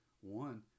One